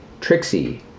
Trixie